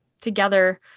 together